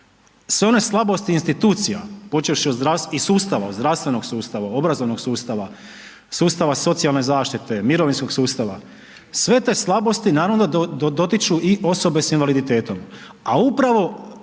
sve one slabosti institucija počevši od i sustava, zdravstvenog sustava, obrazovnog sustava, sustava socijalne zaštite, mirovinskog sustava, sve te slabosti naravno da dotiču i osobe sa invaliditetom a upravo